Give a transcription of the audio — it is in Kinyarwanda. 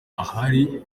ahari